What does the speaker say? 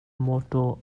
mawtaw